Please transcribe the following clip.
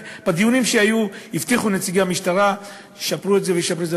בדיונים שהיו הבטיחו נציגי המשטרה שישפרו את זה.